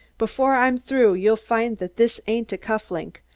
before i'm through you'll find that this ain't a cuff-link,